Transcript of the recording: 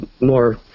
more